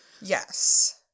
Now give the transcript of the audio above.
Yes